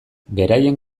beraien